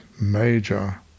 major